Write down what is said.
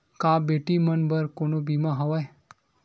का बेटी मन बर कोनो बीमा हवय?